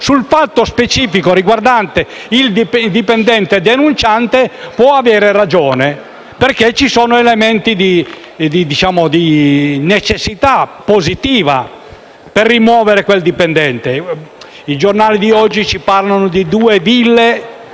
sul fatto specifico riguardante il dipendente denunciante può avere ragione perché ci sono elementi di necessità positiva per rimuovere quel dipendente. I giornali di oggi parlano di due ville